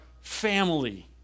family